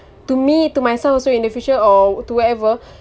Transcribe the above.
to me to myself also in the future or to whatever